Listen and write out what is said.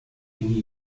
ringe